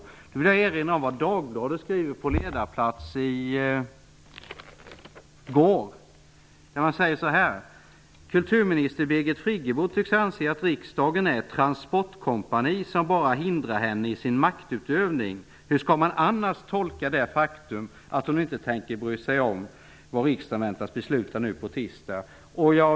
Jag vill erinra om vad Dagbladet skrev på ledarplats i går: ''Kulturminister Birgit Friggebo tycks anse att riksdagen är ett transportkompani som bara hindrar henne i sin maktutövning. Hur ska man annars tolka det faktum att hon inte tänker bry sig om vad riksdagen väntas besluta nu på torsdag?''